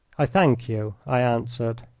i thank you, i answered.